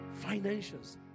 Financials